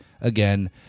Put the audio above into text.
again